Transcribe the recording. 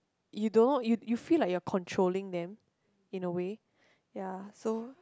you don't know you you feel like you're controlling them in a way ya so